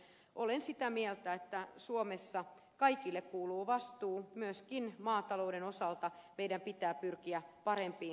olen sitä mieltä että suomessa kaikille kuuluu vastuu myöskin maatalouden osalta meidän pitää pyrkiä parempiin ratkaisuihin